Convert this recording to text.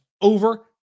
over